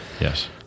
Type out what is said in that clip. Yes